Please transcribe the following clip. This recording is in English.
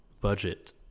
budget